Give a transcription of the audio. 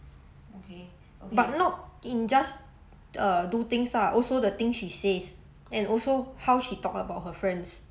but not in just err do things ah also the thing she says and also how she talk about her friends